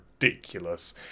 ridiculous